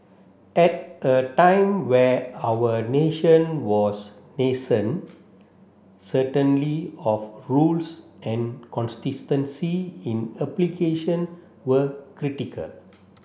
at a time where our nation was nascent certainly of rules and consistency in application were critical